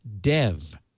.dev